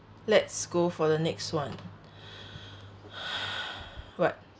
let's go for the next [one] what